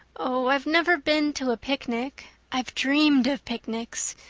oh, i've never been to a picnic i've dreamed of picnics,